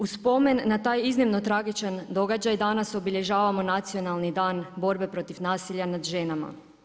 U spomen na taj iznimno tragičan događaj danas obilježavamo Nacionalni dan borbe protiv nasilja nad ženama.